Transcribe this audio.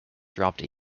dropped